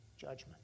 judgment